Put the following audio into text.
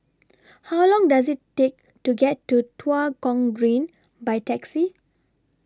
How Long Does IT Take to get to Tua Kong Green By Taxi